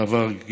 שעבר את